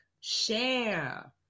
share